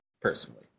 personally